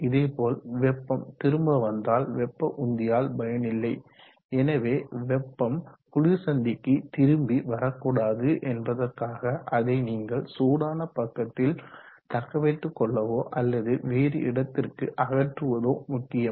இதேப்போல் வெப்பம் திரும்ப வந்தால் வெப்ப உந்தியால் பயன் இல்லை எனவே வெப்பம் குளிர் சந்திக்கு திரும்பி வரக்கூடாது என்பதற்காக அதை நீங்கள் சூடான பக்கத்தில் தக்கவைத்துக்கொள்வதோ அல்லது வேறு இடத்திற்கு அகற்றுவதோ முக்கியம்